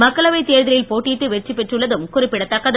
மக்களவைத் தேர்தலில் போட்டியிட்டு வெற்றி பெற்றுள்ளதும் குறிப்பிடத்தக்கது